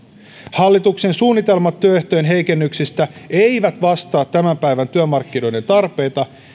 hallituksen suunnitelmat työehtojen heikennyksistä eivät vastaa tämän päivän työmarkkinoiden tarpeita